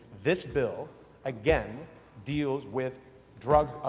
this bill again deals with drug,